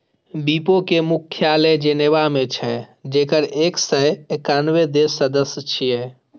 विपो के मुख्यालय जेनेवा मे छै, जेकर एक सय एकानबे देश सदस्य छियै